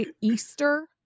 Easter